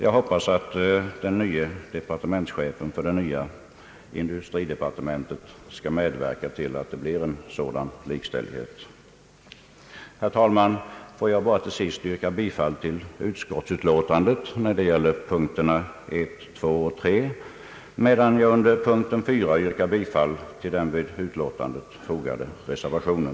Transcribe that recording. Jag hoppas att chefen för det nya industridepartementet skall medverka till att det blir en sådan likställighet. Herr talman! Får jag till sist yrka bifall till utskottsutlåtandet när det gäller punkterna 1, 2 och 3, medan jag under punkten 4 yrkar bifall till den vid utlåtandet fogade reservationen.